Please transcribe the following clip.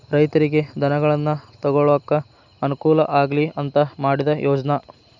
ರೈತರಿಗೆ ಧನಗಳನ್ನಾ ತೊಗೊಳಾಕ ಅನಕೂಲ ಆಗ್ಲಿ ಅಂತಾ ಮಾಡಿದ ಯೋಜ್ನಾ